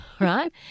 Right